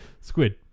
Squid